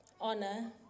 Honor